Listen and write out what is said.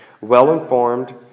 well-informed